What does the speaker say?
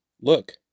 look